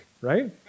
right